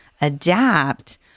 adapt